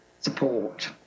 support